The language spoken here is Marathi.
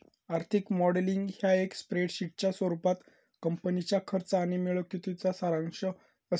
आर्थिक मॉडेलिंग ह्या एक स्प्रेडशीटच्या स्वरूपात कंपनीच्या खर्च आणि मिळकतीचो सारांश असा